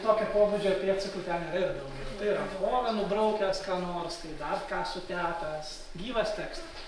tokio pobūdžio pėdsakų ten yra ir daugiau tai rankove nubraukęs ką nors tai dar ką sutepęs gyvas teksas